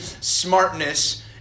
smartness